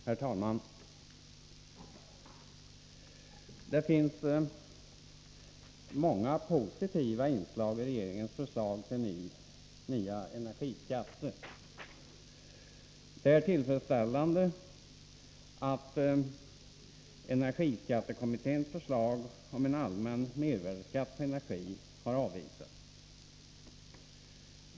Herr talman! Det finns många positiva inslag i regeringens förslag till nya energiskatter. Det är tillfredsställande att energiskattekommitténs förslag om en allmän mervärdeskatt på energi har avvisats.